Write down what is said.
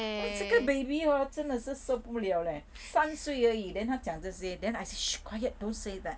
!wah! 这个 baby hor 真的是受不了 leh 三岁而已 then 她讲这些 shh quiet don't say that